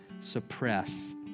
suppress